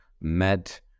met